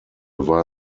war